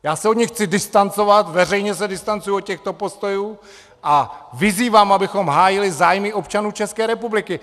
Já se od nich chci distancovat, veřejně se distancuji od těchto postojů a vyzývám, abychom hájili zájmy občanů České republiky.